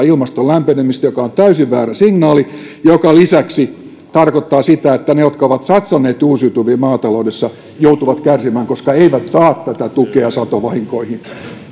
ilmaston lämpenemistä joka on täysin väärä signaali ja joka lisäksi tarkoittaa sitä että ne jotka ovat satsanneet uusiutuviin maataloudessa joutuvat kärsimään koska eivät saa tätä tukea satovahinkoihin